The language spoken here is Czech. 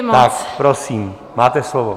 Tak prosím, máte slovo.